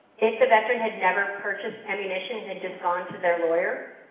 if the veteran had never purchased ammunication, had just gone to their lawyer,